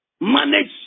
manage